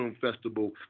Festival